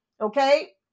okay